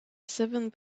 seven